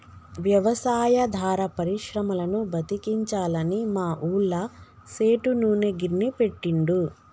వ్యవసాయాధార పరిశ్రమలను బతికించాలని మా ఊళ్ళ సేటు నూనె గిర్నీ పెట్టిండు